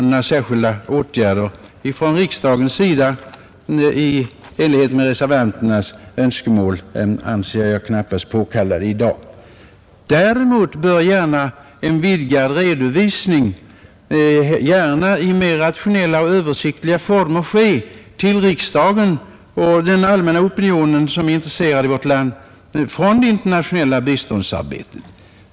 Några särskilda åtgärder från riksdagens sida i enlighet med reservanternas önskemål anser jag knappast påkallade i dag. Däremot bör gärna en vidgad redovisning — i mer rationella och översiktliga former — ges av det internationella biståndsarbetet till riksdagen och till den opinion i vårt land som är intresserad av dessa frågor.